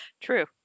True